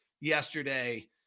yesterday